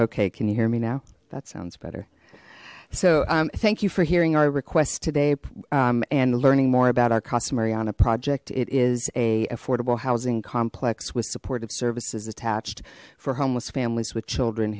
okay can you hear me now that sounds better so thank you for hearing our request today and learning more about our custom ariana project it is a affordable housing complex with supportive services attached for homeless families with children